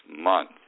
month